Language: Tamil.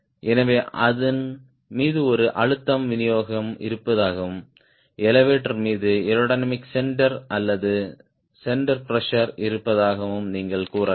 எனவே அதன் மீது ஒரு அழுத்தம் விநியோகம் இருப்பதாகவும் எலெவடோர் மீது ஏரோடைனமிக் சென்டர் அல்லது சென்டர் பிரஷர் இருப்பதாகவும் நீங்கள் கூறலாம்